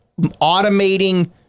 automating